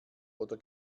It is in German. oder